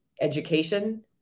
education